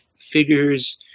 figures